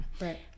Right